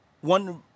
one